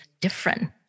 different